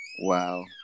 Wow